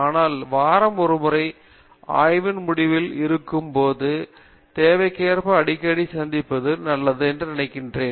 ஆனால் வாரம் ஒரு முறையும் ஆய்வின் முடிவில் இருக்கும் போது தேவைக்கேற்ப அடிக்கடி சந்திப்பது நல்லது என்று நினைக்கிறேன்